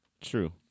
True